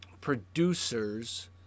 producers